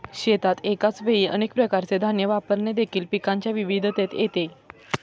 शेतात एकाच वेळी अनेक प्रकारचे धान्य वापरणे देखील पिकांच्या विविधतेत येते